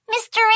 Mr